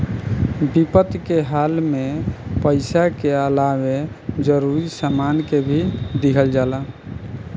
विपद के हाल में पइसा के अलावे जरूरी सामान के भी दिहल जाला